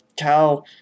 cow